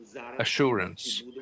assurance